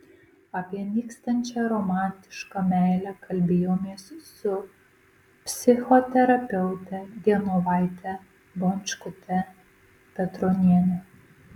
apie nykstančią romantišką meilę kalbėjomės su psichoterapeute genovaite bončkute petroniene